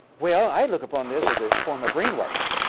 well, i look upon this as a form of brainwashing.